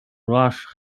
rash